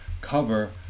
cover